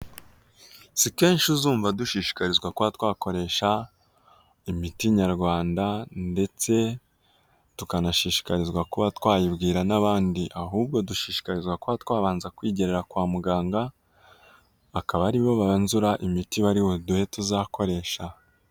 Si kenshi uzumva dushishikarizwa kuba twakoresha imiti nyarwanda, ndetse tukanashishikarizwa kuba twayibwira n'abandi. Ahubwo dushishikazwa kuba twabanza kwigere kwa muganga, akaba aribo banzura imiti bari buduhe tuzakoresha.